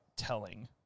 Telling